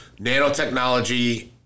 nanotechnology